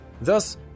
Thus